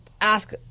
ask